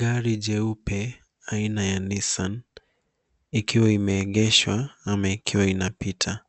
Gari jeupe aina ya Nissan ikiwa imeegeshwa ama ikiwa inapita